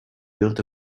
built